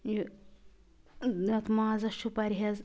یہِ اَتھ مازس چھُ پرہیز